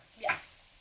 Yes